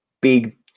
big